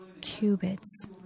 cubits